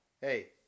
Hey